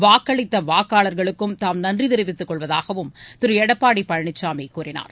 வாக்களித்த வாக்காளர்களுக்கும் தாம் நன்றி தெரிவித்துக்கொள்வதாகவும் திரு எடப்பாடி பழனிசாமி கூறினார்